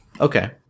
Okay